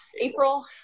April